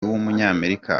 w’umunyamerika